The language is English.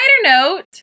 note